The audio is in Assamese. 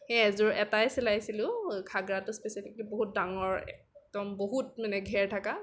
সেই এযোৰ এটাই চিলাইছিলোঁ ঘাগৰাটো স্পেছিফিকেলি বহুত ডাঙৰ একদম বহুত মানে ঘেৰ থকা